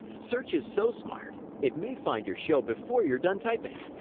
search is so smart, it may find your show before you're done typing.